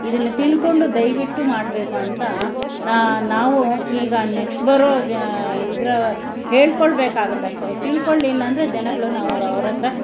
ಇದನ್ನು ತಿಳ್ಕೊಂಡು ದಯವಿಟ್ಟು ಮಾಡಬೇಕು ಅಂತ ನಾ ನಾವು ಈಗ ನೆಕ್ಸ್ಟ್ ಬರೋ ಇದರ ಹೇಳ್ಕೊಳ್ಬೇಕಾಗುತ್ತಷ್ಟೆ ತಿಳ್ಕೊಳಿಲ್ಲಾಂದ್ರೆ ಜನಗಳು ನಾವು ಅವರ ಹತ್ತಿರ